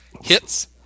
hits